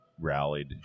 rallied